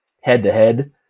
head-to-head